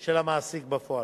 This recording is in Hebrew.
של המעסיק בפועל.